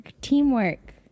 Teamwork